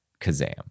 Kazam